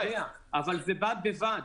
אני יודע אבל זה בד בבד.